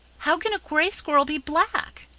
how can a gray squirrel be black?